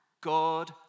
God